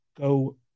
Go